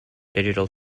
digital